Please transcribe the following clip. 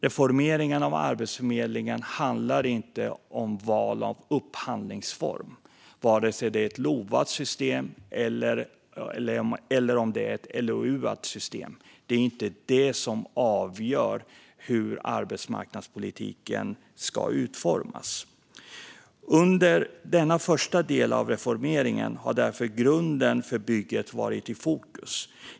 Reformeringen av Arbetsförmedlingen handlar inte om val av upphandlingsform och om det är ett LOV:at eller ett LOU:at system. Det är inte det som avgör hur arbetsmarknadspolitiken ska utformas. Under denna första del av reformeringen har därför grunden för bygget varit i fokus.